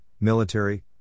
military